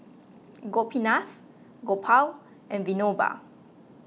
Gopinath Gopal and Vinoba